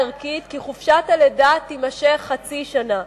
ערכית כי חופשת הלידה תימשך חצי שנה.